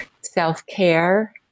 self-care